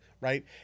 right